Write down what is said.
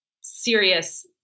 serious